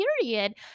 period